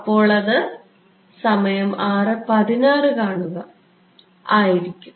അപ്പോൾ അത് ആയിരിക്കും